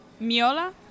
Miola